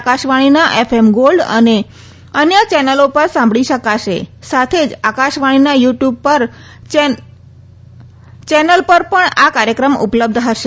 આકાશવાણીના FM gold તેમજ અન્ય ચેનેલો પર સાંભળી શકાશે સાથે જ આકાશવાણીના યુ ટ્યૂબ પર ચેનલ પર પણ આ કાર્યક્રમ ઉપલબ્ધ હશે